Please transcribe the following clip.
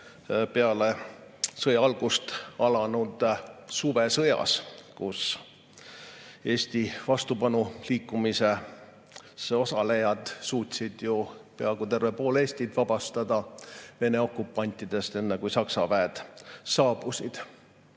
maailmasõja algust alanud suvesõjas, kuiEesti vastupanuliikumises osalejad suutsid ju peaaegu pool Eestit vabastada Vene okupantidest, enne kui Saksa väed saabusid.